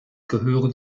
gehören